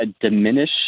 diminish